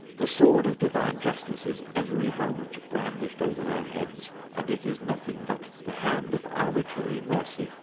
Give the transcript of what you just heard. the sword of divine justice is every moment brandished over their heads, and it is nothing but the hand of arbitrary mercy,